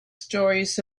stories